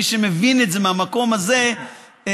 מי שמבין את זה מהמקום הזה,